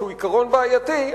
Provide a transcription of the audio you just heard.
שהוא עיקרון בעייתי,